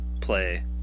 play